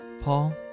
Paul